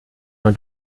mal